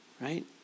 right